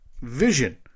vision